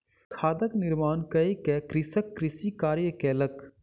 खादक निर्माण कय के कृषक कृषि कार्य कयलक